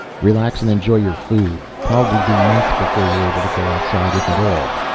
relax and enjoy your food. probably be months before you're able to go outside. if at all.